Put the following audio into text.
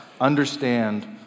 understand